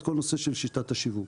את כל נושא של שיטת השיווק.